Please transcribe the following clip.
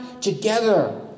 together